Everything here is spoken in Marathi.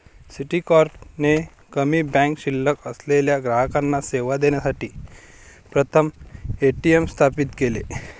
सिटीकॉर्प ने कमी बँक शिल्लक असलेल्या ग्राहकांना सेवा देण्यासाठी प्रथम ए.टी.एम स्थापित केले